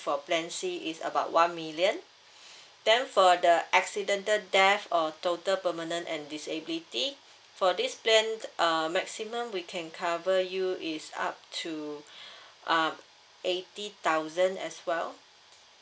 for plan C is about one million then for the accidental death or total permanent and disability for this plan uh maximum we can cover you is up to uh eighty thousand as well